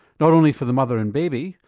not only for the mother and baby,